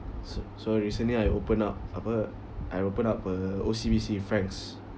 so so recently I opened up I opened up uh O_C_B_C franks